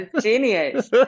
Genius